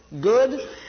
good